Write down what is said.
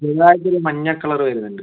ചെറുതായിട്ടൊരു മഞ്ഞ കളറ് വരുന്നുണ്ട്